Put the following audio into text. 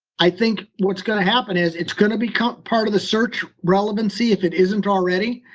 i think what's going to happen is it's going to become part of the search relevancy, if it isn't already.